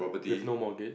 you have no mortga~